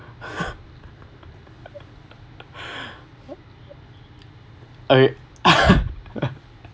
okay